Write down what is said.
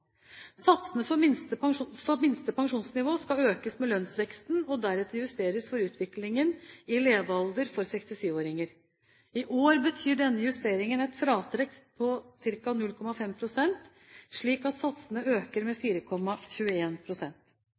Satsene for minste pensjonsnivå skal økes med lønnsveksten og deretter justeres for utviklingen i levealder for 67-åringer. I år betyr denne justeringen et fratrekk på ca. 0,5 pst., slik at satsene øker med